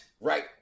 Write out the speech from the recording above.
right